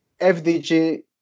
FDG